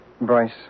Bryce